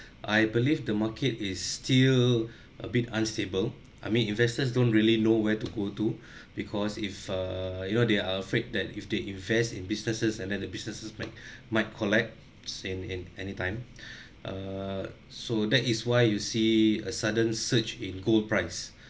I believe the market is still a bit unstable I mean investors don't really know where to go to because if err you know they are afraid that if they invest in businesses and then businesses might might collapse in in anytime err so that is why you see a sudden surge in gold price